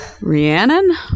Rhiannon